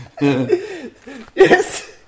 Yes